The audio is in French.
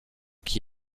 qui